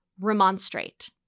remonstrate